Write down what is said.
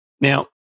now